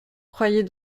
croyez